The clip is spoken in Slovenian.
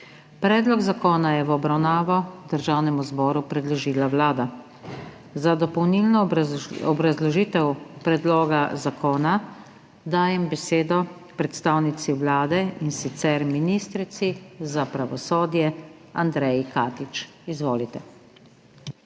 Predlog zakona je v obravnavo Državnemu zboru predložila Vlada. Za dopolnilno obrazložitev predloga zakona dajem besedo predstavnici Vlade, in sicer ministrici za pravosodje Andreji Katič. Izvolite.